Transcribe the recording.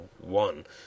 one